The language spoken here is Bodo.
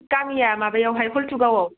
गामिया माबायावहाय हल्तुगावआव